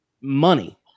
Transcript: money